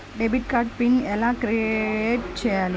Debit card PIN ఎలా create చెయ్యాలి?